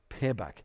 payback